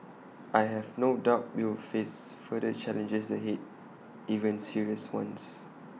I have no doubt we will face further challenges ahead even serious ones